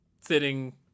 sitting